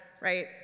right